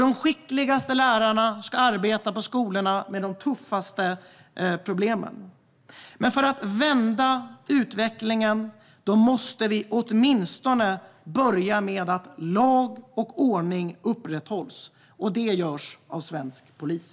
De skickligaste lärarna ska arbeta på skolorna med de tuffaste problemen. Men för att vända utvecklingen måste vi åtminstone börja med att lag och ordning upprätthålls, och det görs av svensk polis.